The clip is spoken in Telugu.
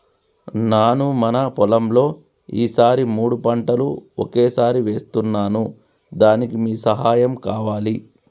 నాను మన పొలంలో ఈ సారి మూడు పంటలు ఒకేసారి వేస్తున్నాను దానికి మీ సహాయం కావాలి